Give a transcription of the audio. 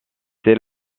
c’est